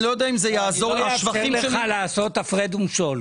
אתה עושה הפרד ומשול.